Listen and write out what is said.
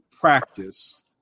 practice